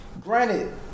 granted